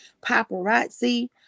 Paparazzi